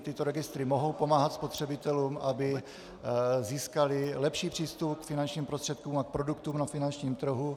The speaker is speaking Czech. Tyto registry mohou pomáhat spotřebitelům, aby získali lepší přístup k finančním prostředkům a k produktům na finančním trhu.